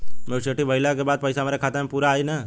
Maturity भईला के बाद पईसा हमरे खाता म पूरा आई न?